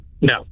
No